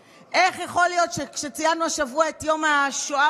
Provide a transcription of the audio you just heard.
להבנה שלקראת יום הזיכרון